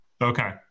Okay